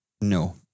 No